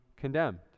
condemned